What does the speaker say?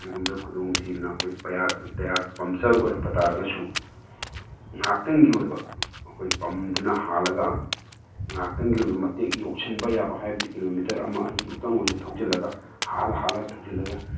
ꯀꯔꯤꯒꯨꯝꯕꯗ ꯈꯨꯗꯣꯡ ꯊꯤꯗꯅ ꯑꯩꯈꯣꯏ ꯇꯥꯌꯥꯔ ꯇꯥꯌꯥꯔ ꯄꯝꯆꯔ ꯑꯣꯏꯔꯛꯄ ꯇꯥꯔꯒꯁꯨ ꯉꯥꯛꯇꯪꯒꯤ ꯑꯣꯏꯕ ꯑꯩꯈꯣꯏ ꯄꯝꯗꯨꯅ ꯍꯥꯜꯂꯒ ꯉꯥꯛꯇꯪꯒꯤ ꯑꯣꯏꯕ ꯃꯆꯦꯠ ꯌꯧꯁꯟꯕ ꯌꯥꯕ ꯍꯥꯏꯕꯗꯤ ꯀꯤꯂꯣꯃꯤꯇꯔ ꯑꯃ ꯑꯅꯤꯕꯨꯛꯇꯪ ꯑꯣꯏꯔꯁꯨ ꯊꯧꯖꯜꯂꯒ ꯍꯥꯜꯂ ꯍꯥꯜꯂꯒ ꯊꯧꯖꯜꯂꯒ